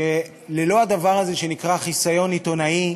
שללא הדבר הזה שנקרא "חיסיון עיתונאי"